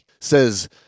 says